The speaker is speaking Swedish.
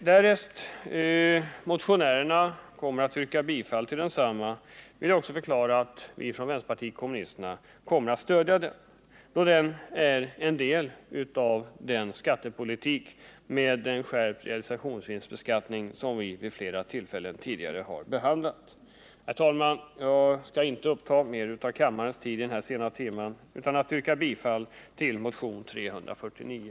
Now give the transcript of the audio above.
Därest motionärerna kommer att yrka bifall till densamma vill jag förklara att vi från vänsterpartiet kommunisterna kommer att stödja den, eftersom dess krav är i överensstämmelse med den skattepolitik med en skärpt realisationsvinstbe skattning som vi vid flera tidigare tillfällen har föreslagit. Herr talman! Jag skall inte längre uppta kammarledamöternas tid vid denna sena timme. Jag yrkar bifall till yrkandena 1 och 2 i motionen 349.